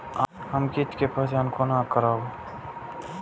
हम कीट के पहचान कोना करब?